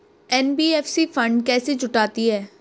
NBFC fund कैसे जुटाती है?